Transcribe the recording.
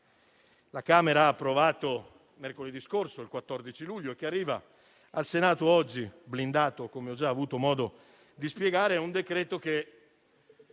la Camera ha approvato mercoledì scorso, 14 luglio, che oggi arriva al Senato blindato, come ho già avuto modo di spiegare, è un decreto che